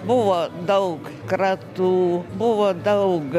buvo daug kratų buvo daug